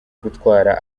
gutwara